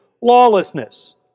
lawlessness